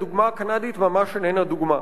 הדוגמה הקנדית ממש איננה דוגמה.